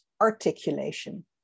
articulation